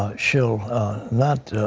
ah shall not